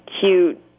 cute